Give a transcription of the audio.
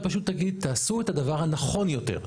אלא פשוט תגיד תעשו את הדבר הנכון יותר.